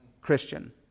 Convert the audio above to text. Christian